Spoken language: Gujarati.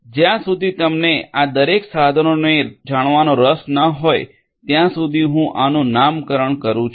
જ્યાં સુધી તમને આ દરેક સાધનોને જાણવાનો રસ ના હોય ત્યાં સુધી હું આનું નામકરણ કરું છું